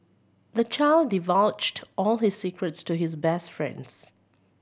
the child divulged all his secrets to his best friends